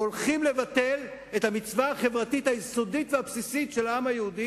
והולכים לבטל את המצווה החברתית היסודית והבסיסית של העם היהודי.